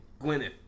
Gwyneth